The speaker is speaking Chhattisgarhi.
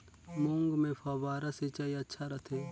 मूंग मे फव्वारा सिंचाई अच्छा रथे?